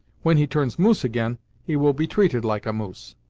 when he turns moose again he will be treated like a moose.